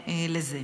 לזה.